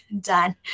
done